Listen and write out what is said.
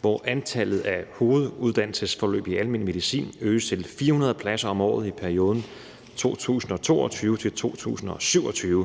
hvor antallet af hoveduddannelsesforløb i almen medicin øges til 400 pladser om året i perioden 2022-2027.